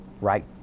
right